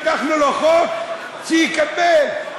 הבטחנו לו חוק, שיקבל.